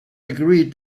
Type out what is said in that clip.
agreed